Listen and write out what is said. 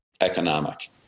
economic